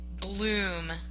Bloom